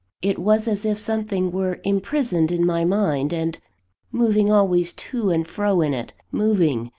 it was as if something were imprisoned in my mind, and moving always to and fro in it moving,